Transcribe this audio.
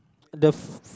the f~